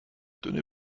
dünne